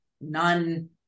non-